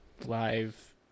live